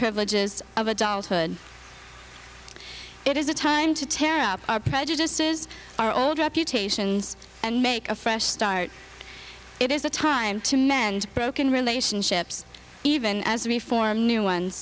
privileges of adulthood it is a time to tear up our prejudices our old reputations and make a fresh start it is a time to mend broken relationships even as reform new ones